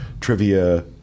trivia